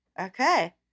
Okay